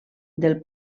del